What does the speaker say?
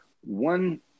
one